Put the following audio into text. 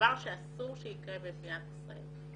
דבר שאסור שיקרה במדינת ישראל.